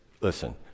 Listen